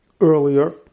earlier